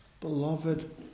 Beloved